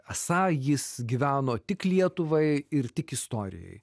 esą jis gyveno tik lietuvai ir tik istorijai